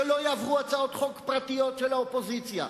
שלא יעברו הצעות חוק פרטיות של האופוזיציה,